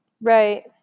Right